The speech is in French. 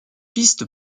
piste